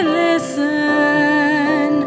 listen